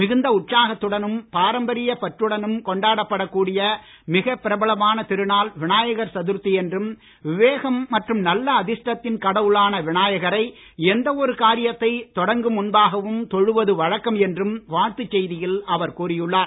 மிகுந்த உற்சாசகத்துடனும் பாரம்பரிய பற்றுடனும் கொண்டாடப்படக் கூடிய மிகப் பிரபலமான திருநாள் விநாயகர் சதுர்த்தி என்றும் விவேகம் மற்றும் நல்ல அதிஷ்டித்தின் கடவுளான விநாயகரை எந்த ஒரு காரியத்தை தொடக்கும் முன்பாகவும் தொழுவது வழக்கம் என்றும் வாழ்த்துச் செய்தியில் அவர் கூறியுள்ளார்